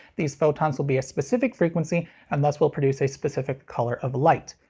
these photons will be a specific frequency and thus will produce a specific color of light.